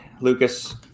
Lucas